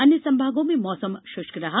अन्य संभागों में मौसम शृष्क रहा